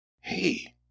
Hey